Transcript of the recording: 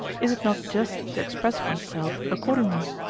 is it not just to express one's self accordingly?